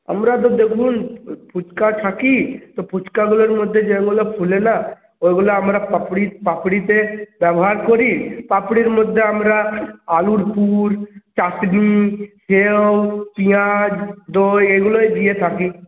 আমরা তো দেখুন ফুচকা থাকি তো ফুচকাগুলোর মধ্যে যেগুলো ফোলে না ওগুলো আমরা পাপড়ি পাপড়িতে ব্যবহার করি পাপড়ির মধ্যে আমরা আলুর পুর চাটনি সেউ পিঁয়াজ দই এগুলোই দিয়ে থাকি